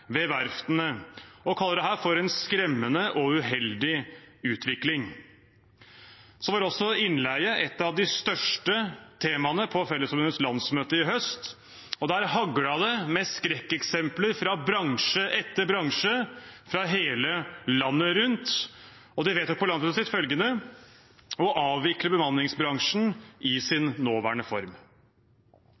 ved verftene, og kaller dette en skremmende og uheldig utvikling. Så var også innleie et av de største temaene på Fellesforbundets landsmøte i høst, og der haglet det med skrekkeksempler fra bransje etter bransje i hele landet. De vedtok på landsmøtet sitt å avvikle bemanningsbransjen i sin nåværende form.